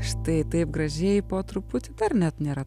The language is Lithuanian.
štai taip gražiai po truputį dar net nėra